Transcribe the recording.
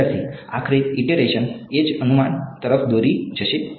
વિદ્યાર્થી આખરે ઇટેરેશન એ જ અનુમાન તરફ દોરી જશે